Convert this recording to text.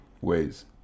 ways